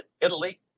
Italy